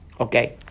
Okay